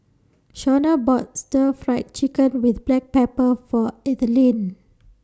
Shonna bought Stir Fried Chicken with Black Pepper For Ethelene